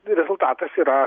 rezultatas yra